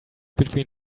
between